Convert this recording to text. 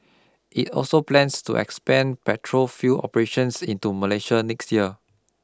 it also plans to expand petrol fuel operations into Malaysia next year